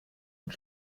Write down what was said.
und